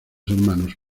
hermanos